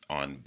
on